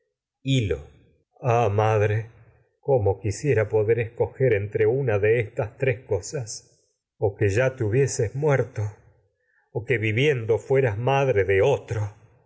ah madre cómo quisiera poder escoger o entre una de estas tres cosas que ya te hubieses o muer to o que viviendo fueras madre de otro